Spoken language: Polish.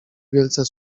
wielce